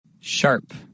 Sharp